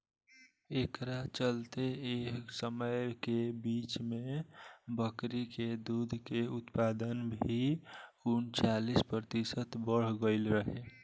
एकरा चलते एह समय के बीच में बकरी के दूध के उत्पादन भी उनचालीस प्रतिशत बड़ गईल रहे